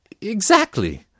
Exactly